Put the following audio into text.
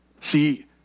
See